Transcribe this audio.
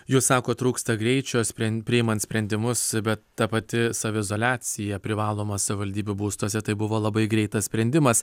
jūs sakot trūksta greičio spren priimant sprendimus bet ta pati saviizoliacija privaloma savivaldybių būstuose tai buvo labai greitas sprendimas